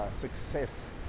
Success